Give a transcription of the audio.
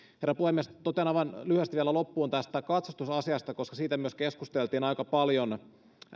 herra puhemies totean aivan lyhyesti vielä loppuun tästä katsastusasiasta koska siitä myös keskusteltiin aika paljon